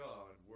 God